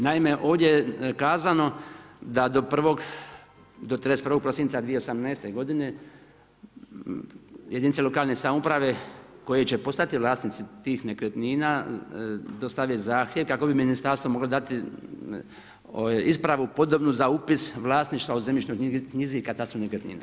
Naime, ovdje je kazano da do 31. prosinca 2018. godine jedinice lokalne samouprave koje će postati vlasnici tih nekretnina dostave zahtjev kako bi ministarstvo moglo dati ispravu podobnu za upis vlasništva u zemljišnoj knjizi i katastru nekretnina.